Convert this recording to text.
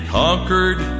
conquered